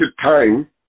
time